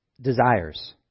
desires